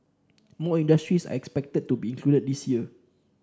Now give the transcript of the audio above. more industries are expected to be included this year